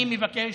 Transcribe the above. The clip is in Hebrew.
אני מבקש,